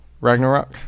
Ragnarok